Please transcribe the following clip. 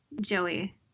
joey